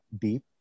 deep